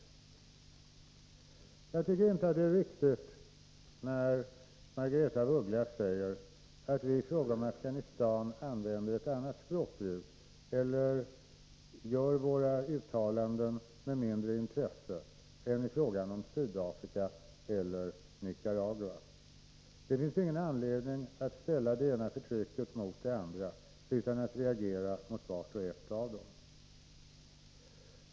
5 december 1983 Jag tycker inte att det är riktigt när Margaretha af Ugglas säger att vi i fråga om Afghanistan använder ett annat språk eller gör våra uttalanden med Om förhållandena mindre intresse än i fråga om Sydafrika eller Nicaragua. Det finns ingen anledning att ställa det ena förtrycket mot det andra, utan vi reagerar mot vart och ett av dem.